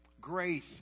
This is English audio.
grace